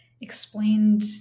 explained